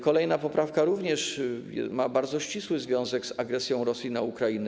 Kolejna poprawka również ma bardzo ścisły związek z agresją Rosji na Ukrainę.